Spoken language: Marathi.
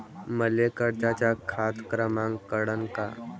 मले कर्जाचा खात क्रमांक कळन का?